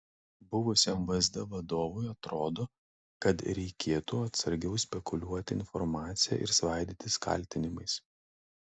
buvusiam vsd vadovui atrodo kad reikėtų atsargiau spekuliuoti informacija ir svaidytis kaltinimais